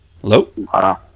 Hello